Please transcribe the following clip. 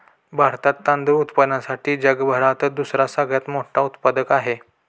भारतात तांदूळ उत्पादनासाठी जगभरात दुसरा सगळ्यात मोठा उत्पादक आहे